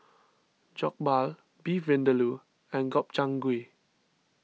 Jokbal Beef Vindaloo and Gobchang Gui